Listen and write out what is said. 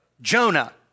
Jonah